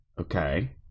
okay